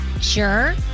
Sure